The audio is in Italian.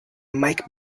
mike